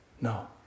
No